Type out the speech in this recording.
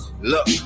Look